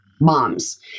moms